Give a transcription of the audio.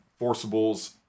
forcibles